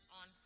on